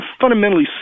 fundamentally